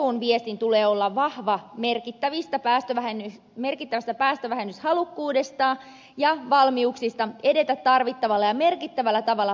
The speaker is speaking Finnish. eun viestin tulee olla vahva merkittävästä päästövähennyshalukkuudesta ja valmiuksista edetä tarvittavalla ja merkittävällä tavalla päästövähennyksissä